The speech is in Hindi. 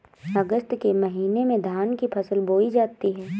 अगस्त के महीने में धान की फसल बोई जाती हैं